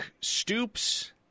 Stoops